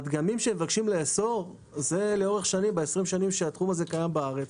הדגמים שמבקשים לאסור ב-20 השנים שהתחום הזה קיים בארץ,